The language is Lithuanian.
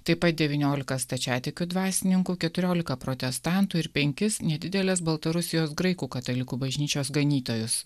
taip pat devyniolika stačiatikių dvasininkų keturiolika protestantų ir penkis nedidelės baltarusijos graikų katalikų bažnyčios ganytojus